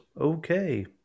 okay